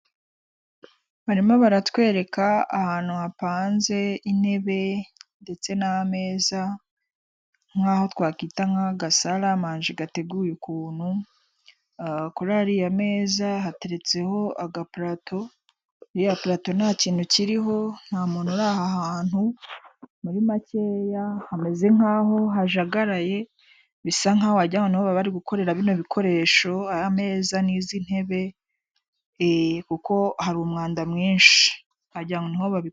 Barimo baratwereka ahantu hapanze intebe ndetse n'ameza nkaho twakwita nka gasara manji gateguye ukuntu, kuri ariya meza hateretseho agapalato lriya palato nta kintu kiriho nta muntu ura aha hantu, muri makeya hameze nk'ahajagaraye bisa nkaho wajya ahantu bari gukorera bio bikoresho ameza n'izi ntebe kuko hari umwanda mwinshi wagira ngo niho babi.